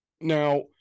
Now